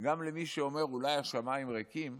גם למי שאומר: אולי השמיים ריקים,